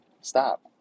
stop